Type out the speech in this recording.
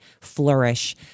flourish